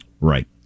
Right